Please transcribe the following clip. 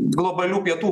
globalių pietų